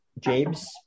James